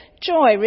Joy